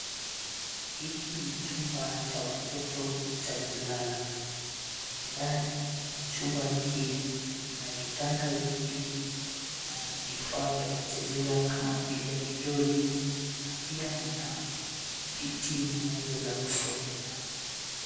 Hiki ni chumba cha watoto cha kulala. Ndani mwa chumba hiki mna vitanda viwili na vifaa vya kuchezea kama vile midoli na pia mna viti na meza za kusomwa.